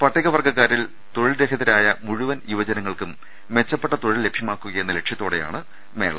പട്ടികവർഗക്കാരിൽ തൊഴിൽരഹിതരായ മുഴുവൻ യുവജനങ്ങൾക്കും മെച്ചപ്പെട്ട തൊഴിൽ ലഭ്യമാക്കുകയെന്ന ലക്ഷ്യത്തോടെയാണ് മേള